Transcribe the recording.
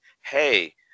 hey